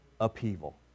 upheaval